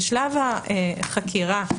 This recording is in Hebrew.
בשלב החקירה,